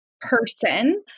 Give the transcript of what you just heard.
person